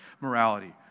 morality